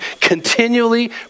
continually